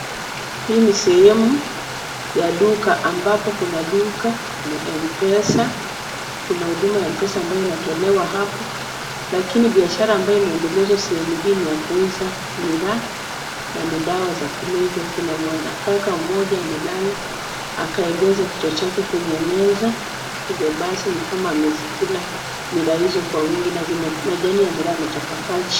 Hii ni sehemu ya duka ambapo kuna duka na M-Pesa. Kuna huduma ya M-Pesa ambayo inatolewa hapo, lakini biashara ambayo inaendelezwa sehemu hii ni ya kuuza miraa na ni dawa za kulevya. Kuna mwanakaka mmoja amelala akaegeza kichwa chake kwenye meza hivyo basi ni kama amezikula miraa hizo kwa wingi na majani ya miraa ametapakaa chini.